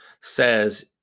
says